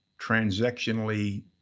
transactionally